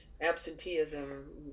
Absenteeism